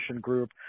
group